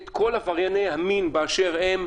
את כל עברייני המין באשר הם,